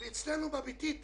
ואילו אצלנו באשפה הביתית,